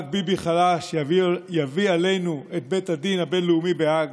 רק ביבי חלש יביא עלינו את בית הדין הבין-לאומי בהאג,